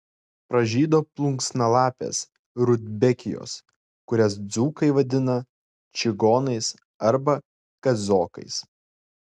pražydo plunksnalapės rudbekijos kurias dzūkai vadina čigonais arba kazokais